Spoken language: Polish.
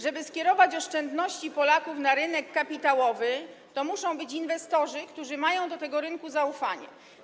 Żeby skierować oszczędności Polaków na rynek kapitałowy, muszą być inwestorzy, którzy mają do tego rynku zaufanie.